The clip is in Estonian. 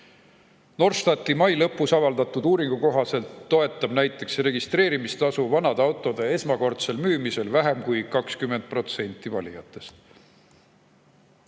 Norstati mai lõpus avaldatud uuringu kohaselt toetab registreerimistasu vanade autode esmakordsel müümisel vähem kui 20% valijatest.